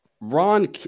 Ron